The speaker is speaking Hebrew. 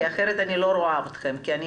כי אחרת אני לא רואה את מה שכתבתם כי אני